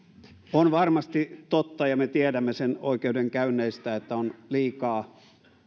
on varmasti totta ja me tiedämme sen oikeudenkäynneistä että on liikaa